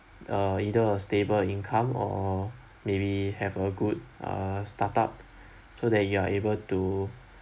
uh either a stable income or maybe have a good uh startup so that you are able to